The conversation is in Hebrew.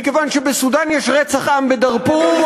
מכיוון שבסודאן יש רצח עם בדארפור,